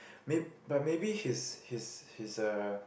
may~ but maybe his his his uh